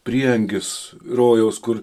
prieangis rojaus kur